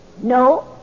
No